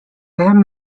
band